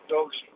Dogs